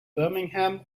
birmingham